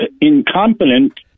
incompetent